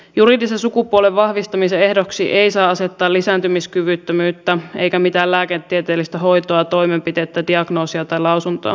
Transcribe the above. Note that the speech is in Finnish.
juridisen sukupuolen vahvistamisen ehdoksi ei saa asettaa lisääntymiskyvyttömyyttä eikä mitään lääketieteellistä hoitoa toimenpidettä diagnoosia tai lausuntoa